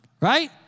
Right